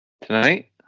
Tonight